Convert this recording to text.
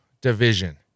Division